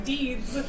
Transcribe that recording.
Deeds